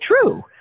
true